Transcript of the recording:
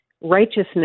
righteousness